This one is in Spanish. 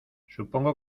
supongo